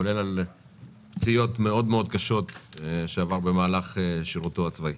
כולל על פציעות מאוד מאוד קשות שעבר במהלך שירותו הצבאי.